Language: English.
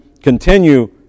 continue